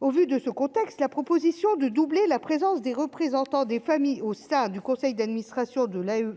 au vu de ce contexte, la proposition de doubler la présence des représentants des familles au sein du conseil d'administration de la U.